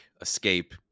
escape